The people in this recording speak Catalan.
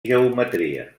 geometria